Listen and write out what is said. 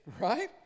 right